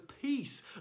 peace